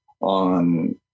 on